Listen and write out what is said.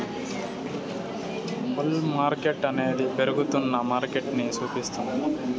bull మార్కెట్టనేది పెరుగుతున్న మార్కెటని సూపిస్తుంది